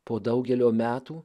po daugelio metų